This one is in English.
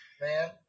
man